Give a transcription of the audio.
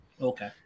Okay